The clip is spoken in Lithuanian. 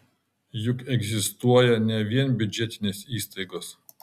juk egzistuoja ne vien biudžetinės įstaigos